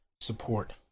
support